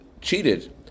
cheated